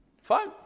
Fine